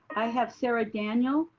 i have sarah daniel.